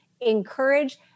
encourage